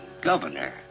governor